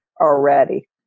already